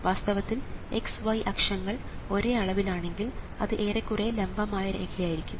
വാസ്തവത്തിൽ x y അക്ഷങ്ങൾ ഒരേ അളവിൽ ആണെങ്കിൽ അത് ഏറെക്കുറെ ലംബമായ രേഖയായിരിക്കും